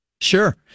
Sure